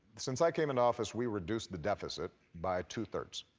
since i came into office, we reduced the deficit by two thirds.